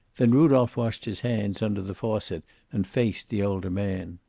then rudolph washed his hands under the faucet and faced the older man.